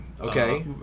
Okay